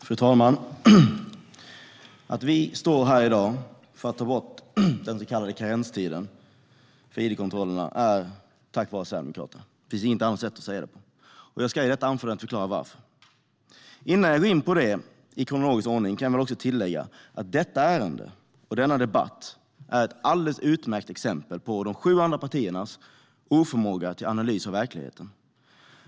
Fru talman! Att vi står här i dag för att ta bort den så kallade karenstiden för id-kontrollerna är tack vare Sverigedemokraterna. Det finns inget annat sätt att se det, och jag ska i detta anförande förklara varför. Innan jag går in på det i kronologisk ordning kan jag tillägga att detta ärende och denna debatt är ett alldeles utmärkt exempel på de sju andra partiernas oförmåga att analysera verkligheten.